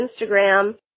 Instagram